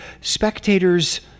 spectators